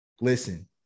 listen